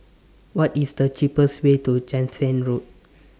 What IS The cheapest Way to Jansen Road